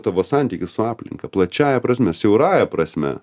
tavo santykius su aplinka plačiąja prasme siaurąja prasme